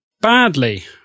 badly